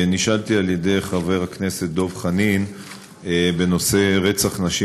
נשאלתי על ידי חבר הכנסת דב חנין בנושא: רצח נשים